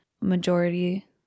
majority